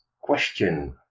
question